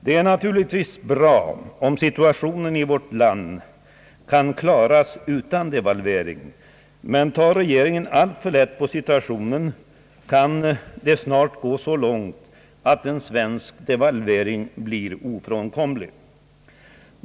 Det är naturligtvis bra om situationen i vårt land kan klaras utan devalvering, men tar regeringen alltför lätt på situationen, kan en svensk devalvering snart bli ofrånkomlig.